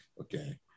okay